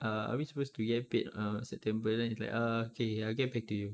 err are we supposed to get paid uh september then he was like ah okay okay I'll get back to you